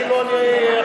כאילו אני,